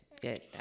Good